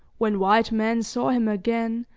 when white men saw him again,